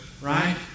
right